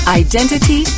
identity